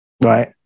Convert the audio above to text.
Right